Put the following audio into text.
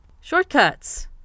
Shortcuts